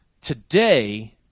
today